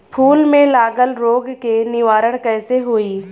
फूल में लागल रोग के निवारण कैसे होयी?